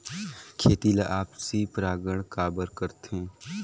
खेती ला आपसी परागण काबर करथे?